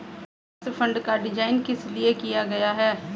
Index fund का design किस लिए किया गया है?